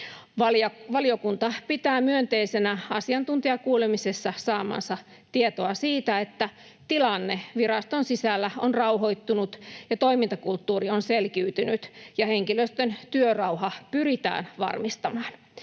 Valiokunta pitää myönteisenä asiantuntijakuulemisessa saamaansa tietoa siitä, että tilanne viraston sisällä on rauhoittunut ja toimintakulttuuri on selkiytynyt ja henkilöstön työrauha pyritään varmistamaan.